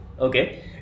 Okay